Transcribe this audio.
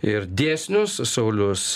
ir dėsnius saulius